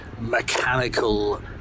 mechanical